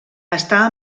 està